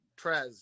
Trez